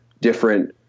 different